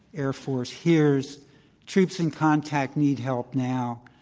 air force hears troops in contact need help now,